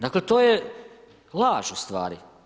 Dakle, to je laž ustvari.